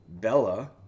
Bella